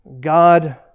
God